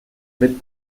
fet